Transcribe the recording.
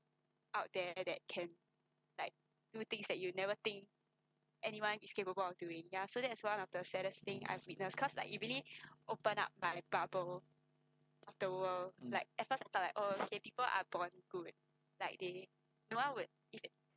mm